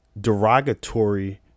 derogatory